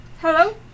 Hello